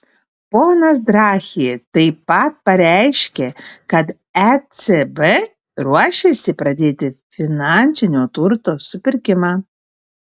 ponas draghi taip pat pareiškė kad ecb ruošiasi pradėti finansinio turto supirkimą